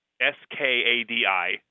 S-K-A-D-I